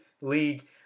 League